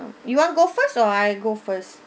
you want to go first or I go first